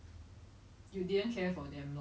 suspect 而已没有 facts lah